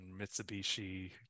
mitsubishi